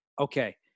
okay